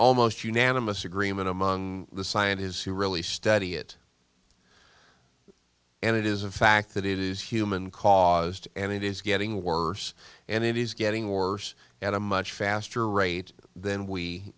almost unanimous agreement among the scientists who really study it and it is a fact that it is human caused and it is getting worse and it is getting worse at a much faster rate than we